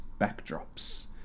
backdrops